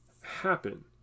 happen